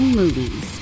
movies